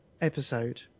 episode